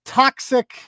toxic